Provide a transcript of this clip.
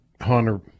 Hunter